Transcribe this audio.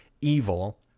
evil